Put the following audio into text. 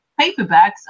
paperbacks